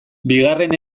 bigarren